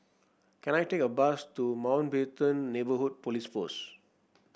can I take a bus to Mountbatten Neighbourhood Police Post